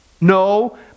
No